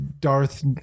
darth